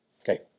Okay